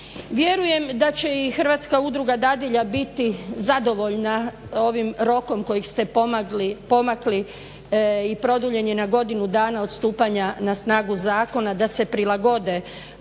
Vjerujem da će i Hrvatska udruga dadilja biti zadovoljna ovim rokom kojeg ste pomakli i produljen je na godinu dana od stupanja na snagu zakona da se prilagode oni